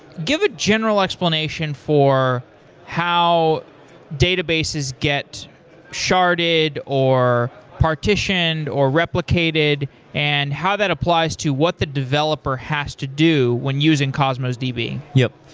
give a general explanation for how databases get sharted or partitioned or replicated and how that applies to what the developer has to do when using cosmos db. yup.